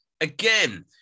again